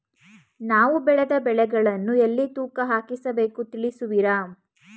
ನಾವು ಬೆಳೆದ ಬೆಳೆಗಳನ್ನು ಎಲ್ಲಿ ತೂಕ ಹಾಕಿಸ ಬೇಕು ತಿಳಿಸುವಿರಾ?